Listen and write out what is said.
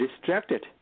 distracted